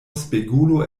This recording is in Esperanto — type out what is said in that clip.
spegulo